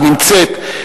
היא נמצאת,